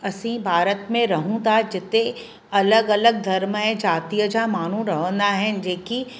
असीं भारत में रहूं था जिते अलॻि अलॻि धर्म ऐं जातीअ जा माण्हू रहंदा आहिनि जेकी